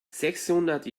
sechshundert